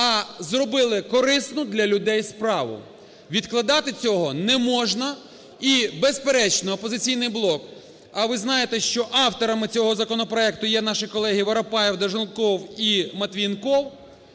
а зробили корисну для людей справу. Відкладати цього не можна. І безперечно, "Опозиційний блок", а ви знаєте, що авторами цього законопроекту є наші колеги Воропаєв, Долженков і Матвієнков,